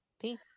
Peace